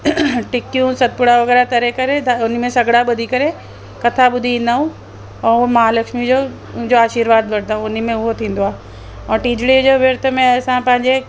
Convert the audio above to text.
टिकियूं सतपुड़ा वग़ैरह तरे करे उन में सॻड़ा ॿधी करे कथा ॿुधी ईंदा आहियूं ऐं महालक्ष्मी जो उन जा आशीर्वाद वठंदा ऐं उन में उहो थींदो आहे ऐं टीजड़ी जो व्रत में असां पंहिंजे